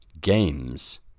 games